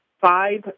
five